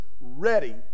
ready